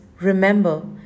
remember